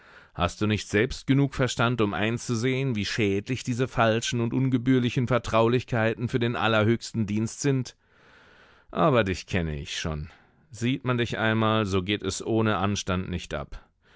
hast du nicht selbst genug verstand um einzusehen wie schädlich diese falschen und ungebührlichen vertraulichkeiten für den allerhöchsten dienst sind aber dich kenne ich schon sieht man dich einmal so geht es ohne anstand nicht ab